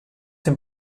dem